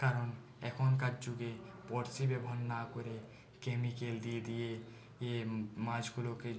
কারণ এখনকার যুগে বড়শি ব্যবহার না করে কেমিক্যাল দিয়ে দিয়ে এই মাছগুলোকে